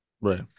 Right